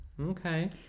Okay